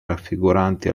raffiguranti